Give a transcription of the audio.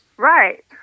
Right